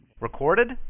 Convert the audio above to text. Recorded